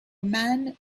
man